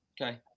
Okay